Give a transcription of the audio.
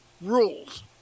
rules